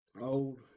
Old